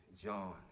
John